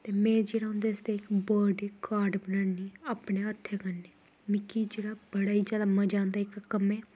ते में जेह्ड़ा उं'दे आस्तै इक वर्डे कार्ड बनान्नी अपने हत्थें कन्नै मिकी जेह्ड़ा बड़ा ई जादा मजा आंदा इक कम्मै